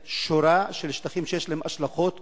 שורה של שטחים שיש להם השלכות קשות.